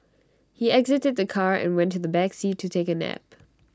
he exited the car and went to the back seat to take A nap